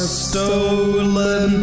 stolen